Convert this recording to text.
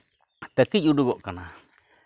ᱛᱟᱹᱠᱤᱡ ᱩᱰᱩᱠᱚᱜ ᱠᱟᱱᱟ